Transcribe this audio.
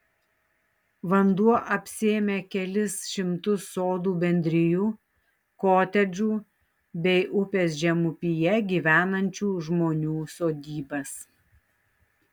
vanduo apsėmė kelis šimtus sodų bendrijų kotedžų bei upės žemupyje gyvenančių žmonių sodybas